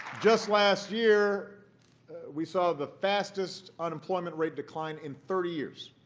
just last year we saw the fastest unemployment rate decline in thirty years.